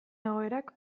egoerak